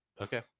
Okay